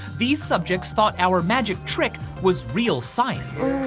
these subjects thought our magic trick was real science.